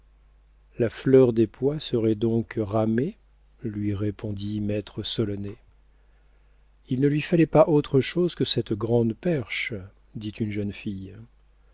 la fleur des pois serait donc ramée lui répondit maître solonet il ne lui fallait pas autre chose que cette grande perche dit une jeune fille